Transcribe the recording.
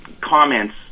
comments